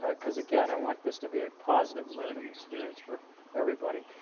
ah cause again, i want this to be a positive learning experience for everybody.